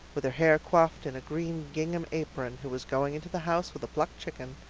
with her hair coifed in a green gingham apron, who was going into the house with a plucked chicken,